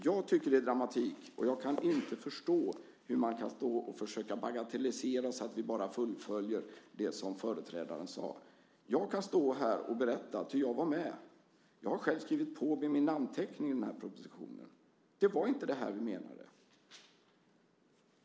Jag tycker att det är dramatik, och jag kan inte förstå hur man kan försöka bagatellisera det och säga att ni bara fullföljer det som företrädaren sade. Jag kan stå här och berätta, ty jag var med. Jag har själv skrivit på min namnteckning i den propositionen. Det var inte det här vi menade.